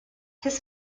his